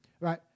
right